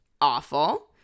awful